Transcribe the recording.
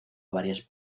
varias